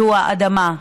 האדמה.